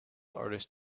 artist